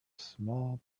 small